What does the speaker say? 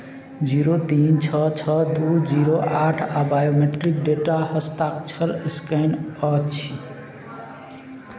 zero तीन छओ छओ दू जीरो आठ आ बायोमेट्रिक डेटा हस्ताक्षर स्कैन अछि